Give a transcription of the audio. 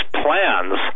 plans